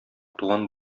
туган